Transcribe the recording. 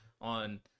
on –